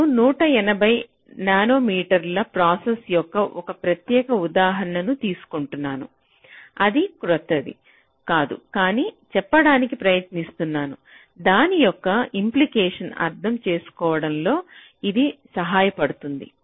నేను 180 nanometre process యొక్క ఒక ప్రత్యేక ఉదాహరణను తీసుకుంటున్నాను అది క్రొత్తది కాదు కానీ చెప్పడానికి ప్రయత్నిస్తున్న దాని యొక్క ఇమ్ప్లికెషన్స్ అర్థం చేసుకోవడంలో ఇది సహాయపడుతుంది